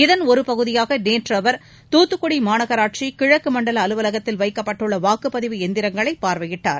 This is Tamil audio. இதன் ஒரு பகுதியாக நேற்று அவர் தூத்துக்குடி மாநகராட்சி கிழக்கு மண்டல அலுவலகத்தில் வைக்கப்பட்டுள்ள வாக்குப்பதிவு எந்திரங்களை பார்வையிட்டார்